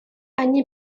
они